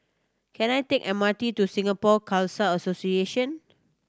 can I take M R T to Singapore Khalsa Association